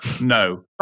No